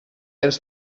ens